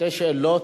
שתי שאלות,